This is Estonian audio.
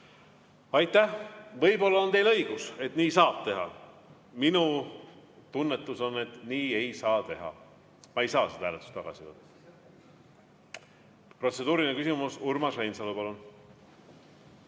Aitäh! Võib-olla on teil õigus, et nii saab teha. Minu tunnetus on, et nii ei saa teha. Ma ei saa seda hääletust tagasi võtta. Protseduuriline küsimus, Urmas Reinsalu,